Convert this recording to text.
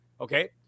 okay